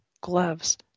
gloves